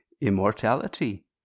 immortality